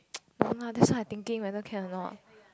no lah that's why I thinking can or not